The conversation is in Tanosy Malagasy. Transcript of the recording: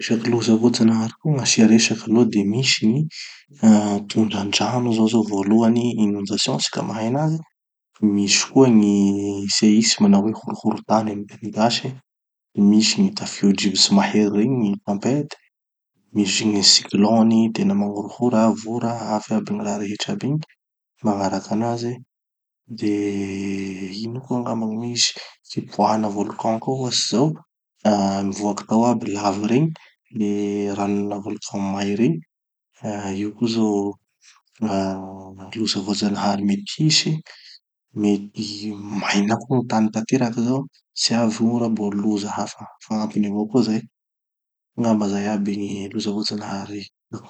Resaky loza voajanahary koa gn'asia resaky de misy gny ah tondra-drano zao zao voalohany, inondations ho tsika mahay anazy, de misy koa gny seismes na hoe horohorontany amy teny gasy, de misy gny tafio-drivotsy mahery regny gny tempêtes, misy gny cyclones, igny tena magnorohoro avy ora avy aby gny raha rehetra aby igny, magnaraky anazy, de ino koa angamba gny misy, fipoahana volcan koa ohatsy zao, ah mivoaky tao aby lavy regny, le ranona volcan may regny. Ah io koa zao, loza voajanahary mety hisy. Mety ho maina koa gny tany tanteraky zao, tsy avy gn'ora, mbo loza hafa- fagnampiny avao koa zay, angamba zay aby gny loza voajanahary hitako.